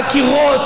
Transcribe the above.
חקירות,